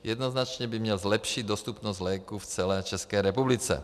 Jednoznačně by měl zlepšit dostupnost léků v celé České republice.